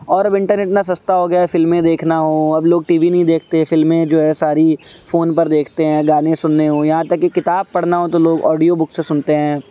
اور اب انٹرنیٹ اتنا سستا ہو گیا ہے فلمیں دیکھنا ہوں اب لوگ ٹی وی نہیں دیکھتے فلمیں جو ہے ساری فون پر دیکھتے ہیں گانے سننے ہوں یہاں تک کہ کتاب پڑھنا ہو تو لوگ آڈیو بک سے سنتے ہیں